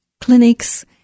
clinics